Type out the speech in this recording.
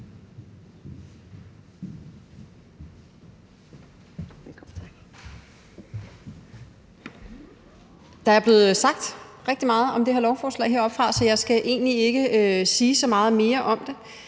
Der er blevet sagt rigtig meget om det her lovforslag heroppefra, så jeg skal egentlig ikke sige så meget mere om det.